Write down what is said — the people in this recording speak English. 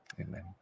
Amen